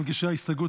מגישי ההסתייגות,